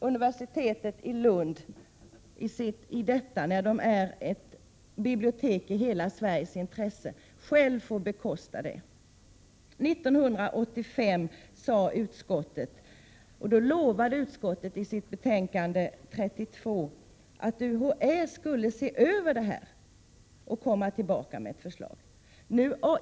Universitetet i Lund skulle alltså, trots att det är ett bibliotek i hela Sveriges intresse, självt få bekosta detta. 1985 lovade utskottet enligt betänkande 32 att UHÄ skulle se över detta och lämna ett förslag.